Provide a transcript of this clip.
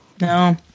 No